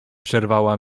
przerwała